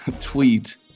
tweet